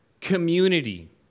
community